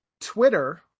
Twitter